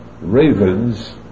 ravens